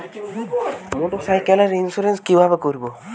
মোটরসাইকেলের ইন্সুরেন্স কিভাবে করব?